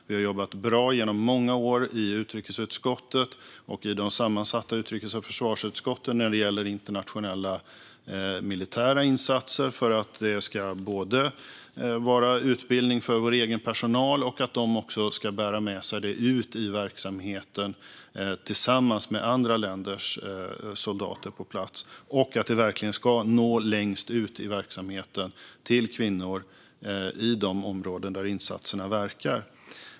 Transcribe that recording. Vi har jobbat bra genom många år i utrikesutskottet och i de sammansatta utrikes och försvarsutskotten när det gäller internationella militära insatser för att det ska vara utbildning för vår egen personal och för att personalen också ska bära med sig detta ut i verksamheten tillsammans med andra länders soldater på plats och för att det verkligen ska nå längst ut i verksamheten till kvinnor i de områden där insatserna verkar.